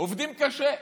עובדים קשה.